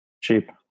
cheap